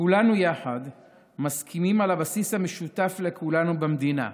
כולנו יחד מסכימים על הבסיס המשותף לכולנו במדינה: